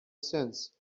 since